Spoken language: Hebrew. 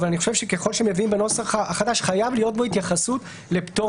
אבל אני חושב שככל שמביאים בנוסח החדש חייבת להיות בו התייחסות לפטור